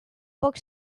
pocs